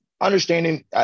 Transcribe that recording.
Understanding